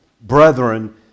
brethren